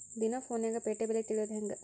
ದಿನಾ ಫೋನ್ಯಾಗ್ ಪೇಟೆ ಬೆಲೆ ತಿಳಿಯೋದ್ ಹೆಂಗ್?